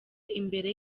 imbere